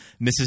mrs